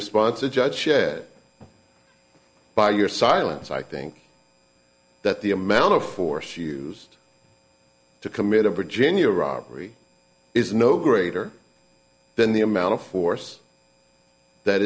response the judge said by your silence i think that the amount of force used to commit a virginia robbery is no greater than the amount of force that